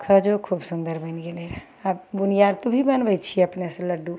खाजो खूब सुन्दर बनि गेलय रऽ आब बुनिया आर तूही बनबय छियै अपनेसँ लड्डू